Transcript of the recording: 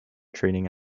training